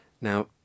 Now